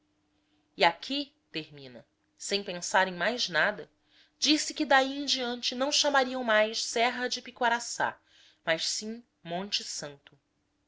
e aqui termina sem pensar em mais nada disse que daí em diante não chamariam mais serra de piquaraçá mas sim monte santo